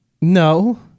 No